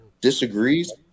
disagrees